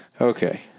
okay